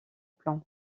plan